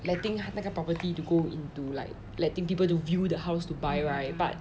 letting 那个 property to go into like letting people to view the house to buy right but